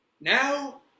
Now